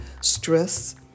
stress